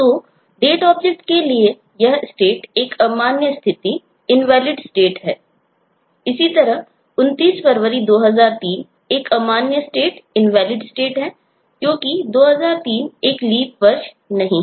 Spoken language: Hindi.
तो Date ऑब्जेक्ट है क्योंकि 2003 एक Leap वर्ष नहीं है